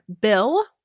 bill